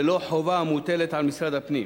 ולא חובה המוטלת על משרד הפנים,